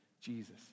Jesus